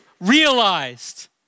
realized